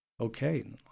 okay